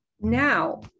Now